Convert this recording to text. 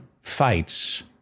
fights